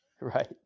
Right